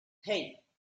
hey